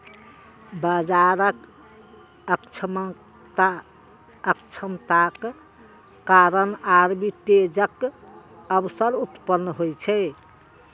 बाजारक अक्षमताक कारण आर्बिट्रेजक अवसर उत्पन्न होइ छै